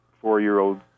four-year-old